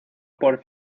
por